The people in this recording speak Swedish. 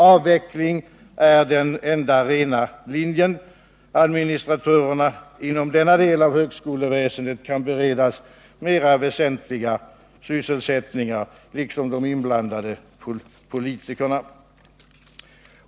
Avvecklingen är den enda rena linjen. Administratörerna inom denna del av högskoleväsendet kan beredas mera väsentliga sysselsättningar, liksom de inblandade politikerna.